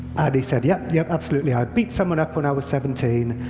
and he said, yep. yep. absolutely. i beat someone up when i was seventeen.